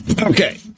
Okay